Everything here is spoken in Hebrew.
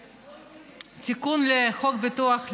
תיקון לחוק הביטוח הלאומי.